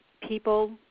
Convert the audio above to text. people